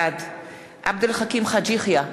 בעד עבד אל חכים חאג' יחיא,